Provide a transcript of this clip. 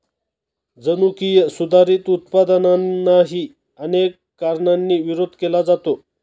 जनुकीय सुधारित उत्पादनांनाही अनेक कारणांनी विरोध केला जातो